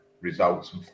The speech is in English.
results